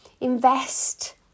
invest